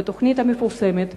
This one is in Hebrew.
התוכנית המפורסמת,